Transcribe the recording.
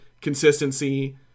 consistency